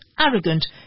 arrogant